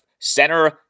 center